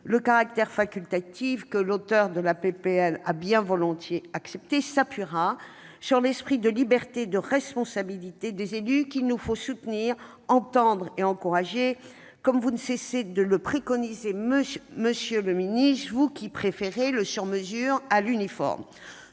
Le caractère facultatif, que l'auteure de cette proposition de loi a bien volontiers accepté, s'appuiera sur l'esprit de liberté et de responsabilité des élus, qu'il nous faut soutenir, entendre et encourager, comme vous ne cessez de le préconiser, monsieur le ministre, vous qui préférez le sur-mesure à l'uniforme.